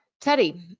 Teddy